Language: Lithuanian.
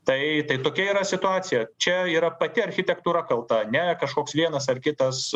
tai tai tokia yra situacija čia yra pati architektūra kalta ne kažkoks vienas ar kitas